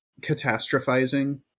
catastrophizing